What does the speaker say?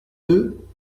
deux